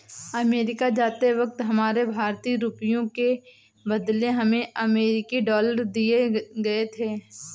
America जाते वक्त हमारे भारतीय रुपयों के बदले हमें अमरीकी डॉलर दिए गए थे